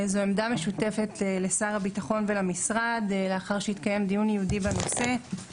זו עמדה משותפת לשר הביטחון ולמשרד לאחר שהתקיים דיון ייעודי בנושא.